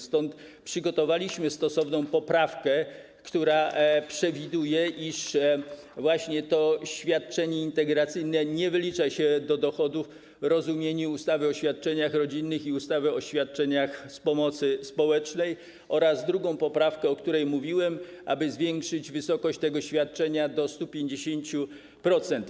Stąd przygotowaliśmy stosowną poprawkę, która przewiduje, iż świadczenie integracyjne nie wlicza się do dochodu w rozumieniu ustawy o świadczeniach rodzinnych i ustawy o świadczeniach z pomocy społecznej, oraz drugą poprawkę, o której mówiłem, aby zwiększyć wysokość tego świadczenia do 150%.